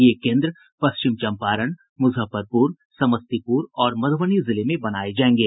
ये केन्द्र पश्चिम चंपारण मुजफ्फरपुर समस्तीपुर और मधुबनी जिले में बनाये जायेंगे